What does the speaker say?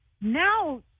Now